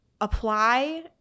apply